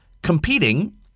Competing